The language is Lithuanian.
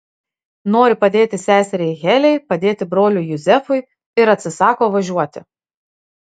nori padėti seseriai heliai padėti broliui juzefui ir atsisako važiuoti